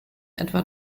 etwa